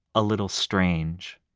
a little strange,